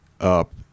up